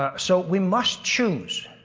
ah so we must choose.